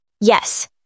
Yes